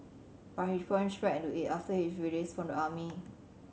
but he plunged back into it after his release from the army